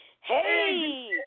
Hey